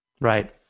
Right